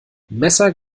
messer